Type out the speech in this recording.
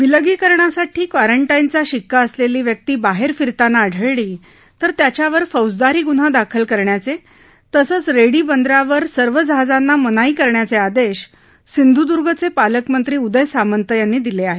विलगीकरणासाठी क्वारंटाईनचा शिक्का असलेली व्यक्ती बाहेर फिरताना आढळली तर त्याच्यावर फौजदारी गुन्हा दाखल करण्याचे तसंच रेडी बंदरावर सर्व जहाजांना मनाई करण्याचे आदेश सिंधुदुर्गचे पालकमंत्री उदय सामंत यांनी दिले आहेत